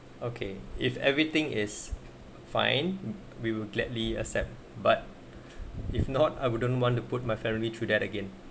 okay if everything is fine we will gladly accept but if not I wouldn't want to put my family through that again